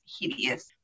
hideous